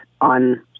on